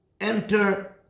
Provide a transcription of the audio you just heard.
enter